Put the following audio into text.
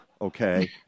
okay